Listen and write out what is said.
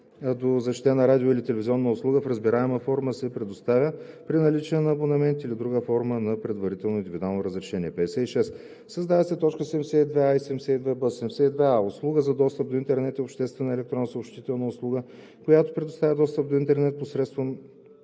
до защитена радио- или телевизионна услуга в разбираема форма се предоставя при наличие на абонамент или друга форма на предварително индивидуално разрешение.“ 56. Създават се т. 72а и 72б: „72а. „Услуга за достъп до интернет“ е обществена електронна съобщителна услуга, която предоставя достъп до интернет и посредством